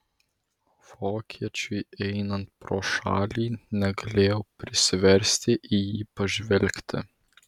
vokiečiui einant pro šalį negalėjau prisiversti į jį pažvelgti